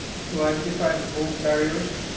to identify and remove barriers